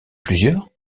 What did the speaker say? plusieurs